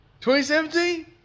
2017